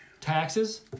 Taxes